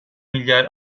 milyar